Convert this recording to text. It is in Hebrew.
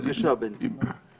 בבקשה, בנצי.